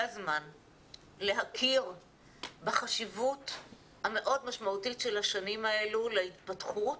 הזמן להכיר בחשיבות המאוד משמעותית של השנים האלה להתפתחות,